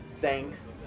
thanks